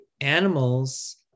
animals